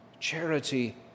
Charity